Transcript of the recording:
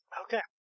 Okay